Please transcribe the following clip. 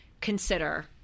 consider